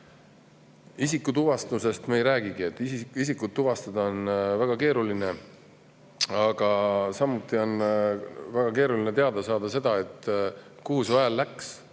Isikutuvastusest me ei räägigi, isikut tuvastada on väga keeruline. Aga samuti on väga keeruline teada saada, kuhu su hääl läks